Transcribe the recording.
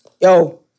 Yo